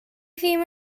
ddim